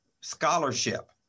scholarship